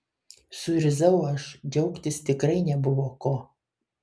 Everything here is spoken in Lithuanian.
suirzau aš džiaugtis tikrai nebuvo ko